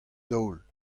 daol